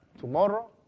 tomorrow